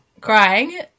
crying